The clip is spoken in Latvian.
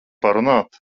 parunāt